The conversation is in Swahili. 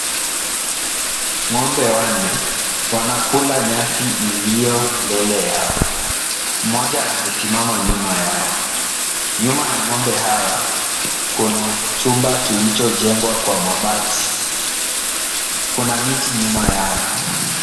Ng'ombe wanne wanakula nyasi iliyo mbele yao. Mmoja amesimama nyuma yao. Nyuma ya ng'ombe hawa, kuna chumba kilichojengwa kwa mabati. Kuna miti nyuma yao.